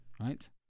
right